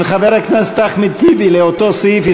ההסתייגות של חבר הכנסת אחמד טיבי לאותו סעיף,